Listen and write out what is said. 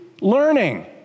learning